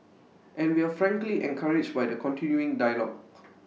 and we're frankly encouraged by the continuing dialogue